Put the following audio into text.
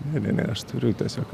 ne ne ne aš turiu tiesiog